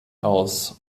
aus